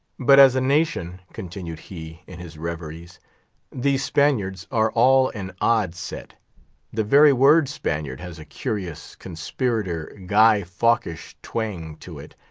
but as a nation continued he in his reveries these spaniards are all an odd set the very word spaniard has a curious, conspirator, guy-fawkish twang to it.